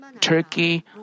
Turkey